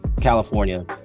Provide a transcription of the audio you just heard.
california